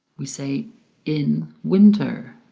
we say in winter,